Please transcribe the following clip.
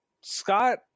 Scott